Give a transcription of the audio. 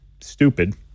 stupid